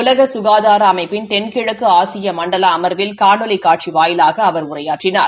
உலக சுன்தார அமைப்பின் தென்கிழக்கு ஆசிய மண்டல அமாவில் காணொலி காட்சி வாயிலாக அவா உரையாற்றினார்